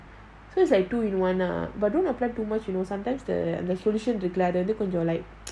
so it's like two in one lah but don't apply too much you know sometimes the இருக்குல்லஅதுவந்துகொஞ்சம்:irukula adhu vandhu konjam